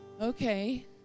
okay